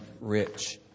rich